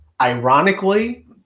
Ironically